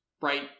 right